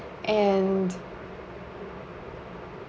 and